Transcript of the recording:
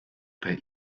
per